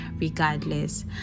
regardless